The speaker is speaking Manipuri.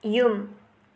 ꯌꯨꯝ